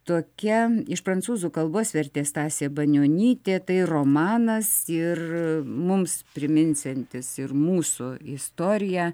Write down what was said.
tokia iš prancūzų kalbos vertė stasė banionytė tai romanas ir mums priminsiantis ir mūsų istoriją